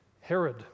Herod